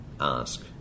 ask